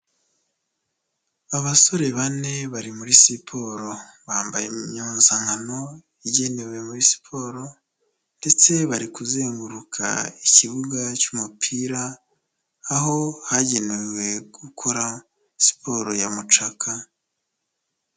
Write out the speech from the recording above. Abasore bane bari muri siporo, bambaye impuzankano igenewe muri siporo, ndetse bari kuzenguruka ikibuga cy'umupira aho hagenewe gukora siporo ya mucaka.